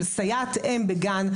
של סייעת-אם בגן,